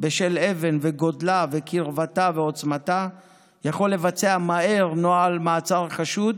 בשל אבן וגודלה וקרבתה ועוצמתה יכול לבצע מהר נוהל מעצר חשוד